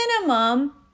minimum